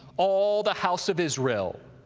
all the house of israel,